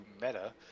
Meta